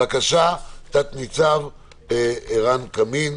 בבקשה, תנ"צ עירן קמין.